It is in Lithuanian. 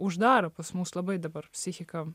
uždaro pas mus labai dabar psichika